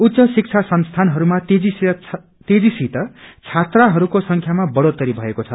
उच्च शिक्षा संस्थानहरूमा तेजीसित छात्राहरूको संख्यामा बढ़ोत्तरी भएको छ